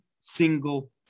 single